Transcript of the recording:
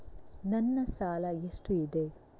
ನನ್ನ ಸಾಲ ಎಷ್ಟು ಇದೆ?